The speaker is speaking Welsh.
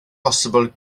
bosibl